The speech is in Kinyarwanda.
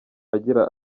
agira